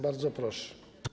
Bardzo proszę.